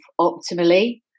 optimally